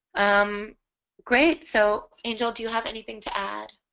um great so angel do you have anything to add